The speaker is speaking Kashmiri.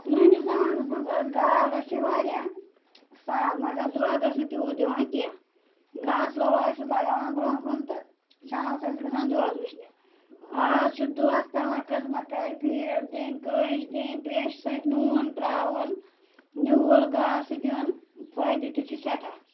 پرٲنِس زَمانَس مَنٛز ٲس گاو رَچھٕنۍ واریاہ سَہَل مگر دۄد ٲسۍ نہٕ تیوٗت دِوان کینٛہہ گاسہ لووا ٲسٕس لَگاوان برونٛہہ کُن تہٕ شامَس ٲسٕس گَژھان دۄد وٕچھنہٕ آز چھِ دۄہَس پیٚوان خزمت کَرٕنۍ پھیٖڈ دِنۍ کٔش دِنۍ تریش سۭتۍ نوٗن تراوُن نیوٗل گاسہٕ دیُن پھٲیدٕ تہِ چھُ سیٚٹھاہ